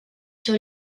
sur